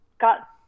got